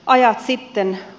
ajat sitten